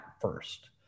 first